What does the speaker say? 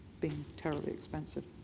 being terribly expensive.